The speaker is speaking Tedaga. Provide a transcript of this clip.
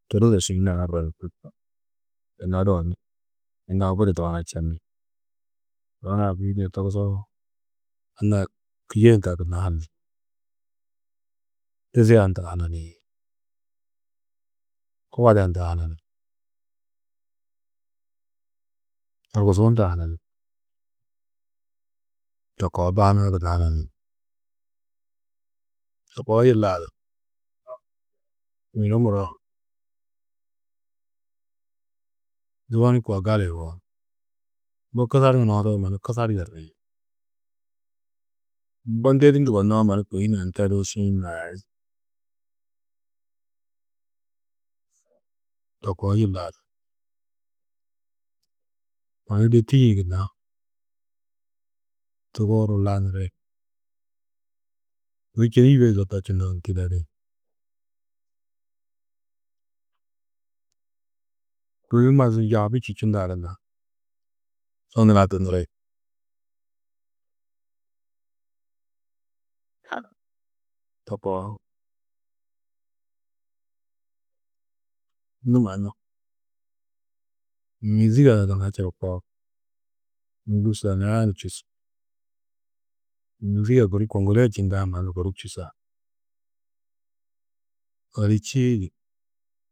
Tuduzu šiĩ naardo čî. Gunna doo ni anna-ã budi dubana čeni. Dubana guyinîe togusoo, anna-ã kûyo hundã gunna han dizia hundã hananĩ, kogoda hundã hananĩ horkusu hundã hananĩ. To koo baa huna gunna hananĩ. To koo yila du yunu muro dubonu koo gali yugó. Mbo kusar nunohodo mannu kusar yernĩ. Mbo ndedi ndugonnoó mannu kôi hunã ndêdi šiĩ naĩ. To koo yila tani de tîyi gunna tuguru laniri. Kôi čêni yôi zuddo čundoo tidedi. Kôi mazu njî abi čî čindã gunna so nurã dunuri to koo. Nû mannu mîzige ada gunna čusu. Mîzige guru kongole čindiã mannu guru čusa čîidi